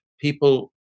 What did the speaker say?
people